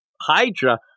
Hydra